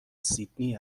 سیدنی